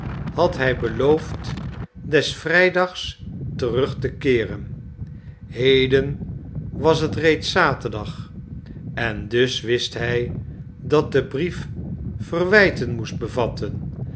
had hij beloofd des vrijdags terug te keeren heden was het reeds zaterdag en dus wist hij dat de brief verwijten moest bevatten